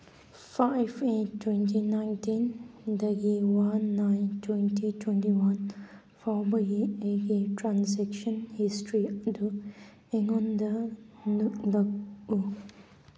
five eight twenty ꯅꯥꯏꯟꯇꯤꯟꯗꯒꯤ one nine twenty twenty one ꯐꯥꯎꯕꯒꯤ ꯑꯩꯒꯤ ꯇ꯭ꯔꯥꯟꯖꯦꯛꯁꯟ ꯍꯤꯁꯇ꯭ꯔꯤ ꯑꯗꯨ ꯑꯩꯉꯣꯟꯗ ꯎꯠꯂꯛꯎ